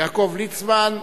יעקב ליצמן,